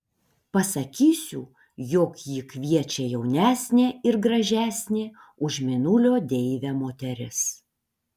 pasakysiu jog jį kviečia jaunesnė ir gražesnė už mėnulio deivę moteris